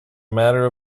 matter